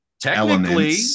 technically